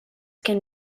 can